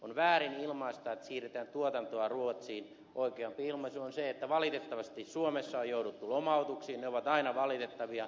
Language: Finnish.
on väärin ilmaista että siirretään tuotantoa ruotsiin oikeampi ilmaisu on se että valitettavasti suomessa on jouduttu lomautuksiin ne ovat aina valitettavia